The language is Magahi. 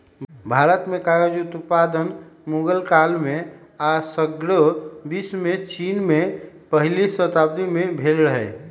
भारत में कागज उत्पादन मुगल काल में आऽ सग्रे विश्वमें चिन में पहिल शताब्दी में भेल रहै